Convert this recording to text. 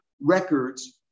records